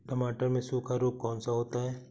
टमाटर में सूखा रोग कौन सा होता है?